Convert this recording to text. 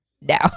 Now